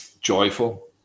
joyful